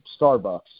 Starbucks